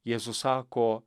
jėzus sako